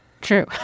True